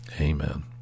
Amen